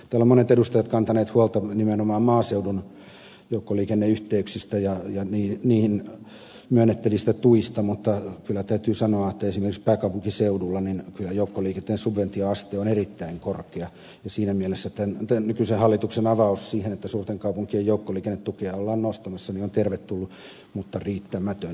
täällä monet edustajat ovat kantaneet huolta nimenomaan maaseudun joukkoliikenneyhteyksistä ja niihin myönnettävistä tuista mutta kyllä täytyy sanoa että esimerkiksi pääkaupunkiseudulla joukkoliikenteen subventioaste on erittäin korkea ja siinä mielessä tämän nykyisen hallituksen avaus että suurten kaupunkien joukkoliikennetukea ollaan nostamassa on tervetullut mutta riittämätön